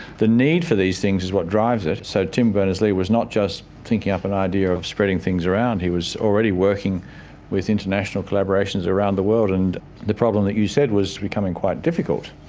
the need for these things is what drives that, so tim berners-lee was not just thinking up an idea of spreading things around, he was already working with international collaborations around the world. and the problem, as you said, was becoming quite difficult,